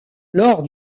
lors